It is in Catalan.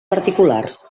particulars